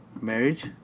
Marriage